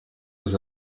was